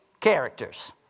characters